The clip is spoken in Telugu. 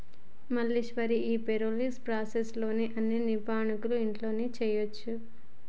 మల్లీశ్వరి ఈ పెరోల్ ప్రాసెస్ లోని అన్ని విపాయాలను ఇంట్లోనే చేయొచ్చు